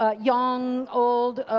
ah young, old.